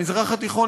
המזרח התיכון,